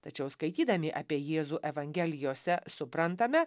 tačiau skaitydami apie jėzų evangelijose suprantame